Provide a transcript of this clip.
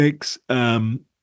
thanks